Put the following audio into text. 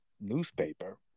newspaper